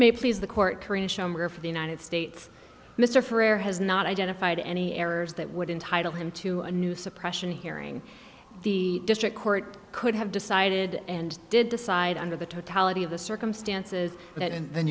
may please the court of the united states mr frere has not identified any errors that would entitle him to a new suppression hearing the district court could have decided and did decide under the totality of the circumstances that and then